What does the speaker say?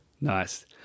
Nice